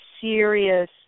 serious